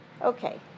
Okay